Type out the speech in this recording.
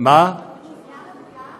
לבנייה רוויה?